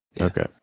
Okay